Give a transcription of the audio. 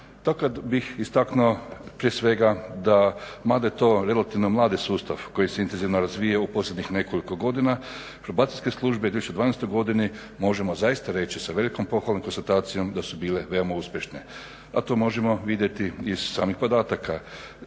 To kad bih istaknuo, prije svega da, mada je to relativno mladi sustav koji se intenzivno razvijao u posljednjih nekoliko godina, Probacijske službe u 2012. godini možemo zaista reći, sa velikom pohvalom i konstatacijom da su bile veoma uspješne, a to možemo vidjeti iz samih podataka.